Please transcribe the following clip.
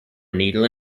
needle